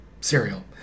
cereal